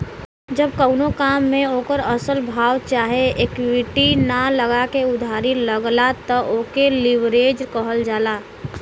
जब कउनो काम मे ओकर असल भाव चाहे इक्विटी ना लगा के उधारी लगला त ओके लीवरेज कहल जाला